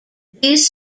these